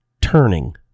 turning